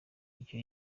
icyo